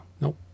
Nope